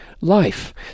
life